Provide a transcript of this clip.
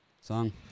song